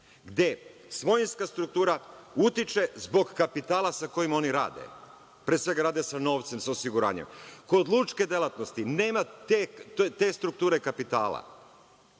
gde svojinska struktura utiče zbog kapitala sa kojim oni rade. Pre svega rade sa novcem, sa osiguranjem. Kod lučke delatnosti nema te strukture kapitala.